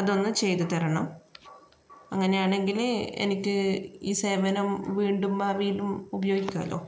അതൊന്നു ചെയ്ത് തരണം അങ്ങനെ ആണെങ്കില് എനിക്ക് ഈ സേവനം വീണ്ടും ഭാവിയിലും ഉപയോഗിക്കാമല്ലൊ